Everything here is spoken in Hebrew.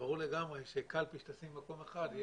ברור לגמרי שקלפי שתשים במקום אחד תהיה